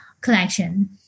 collection